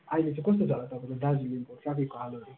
अहिले चाहिँ कस्तो छ होला तपाईँको दार्जिलिङको ट्राफिकको हालहरू